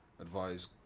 Advise